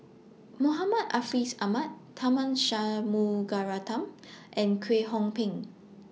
Muhammad Ahmad Tharman Shanmugaratnam and Kwek Hong Png